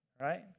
right